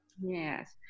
Yes